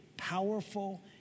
Powerful